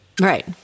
Right